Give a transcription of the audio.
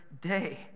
day